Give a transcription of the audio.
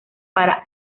para